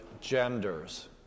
genders